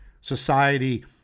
society –